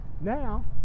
now